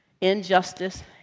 injustice